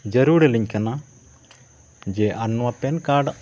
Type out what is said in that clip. ᱡᱟᱹᱨᱩᱲᱟᱞᱤᱧ ᱠᱟᱱᱟ ᱡᱮ ᱟᱨ ᱱᱚᱣᱟ ᱯᱮᱱ ᱠᱟᱨᱰ